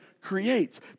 creates